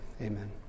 amen